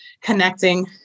connecting